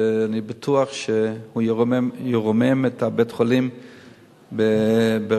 ואני בטוח שהוא ירומם את בית-החולים ברפואה.